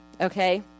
Okay